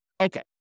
Okay